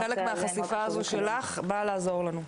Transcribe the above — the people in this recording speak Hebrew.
חלק מהחשיפה הזו שלך באה לעזור לנו,